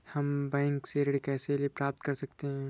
हम बैंक से ऋण कैसे प्राप्त कर सकते हैं?